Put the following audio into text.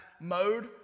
mode